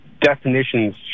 definitions